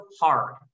hard